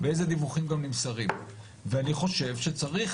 ואיזה דיווחים גם נמסרים ואני חושב שצריך